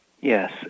Yes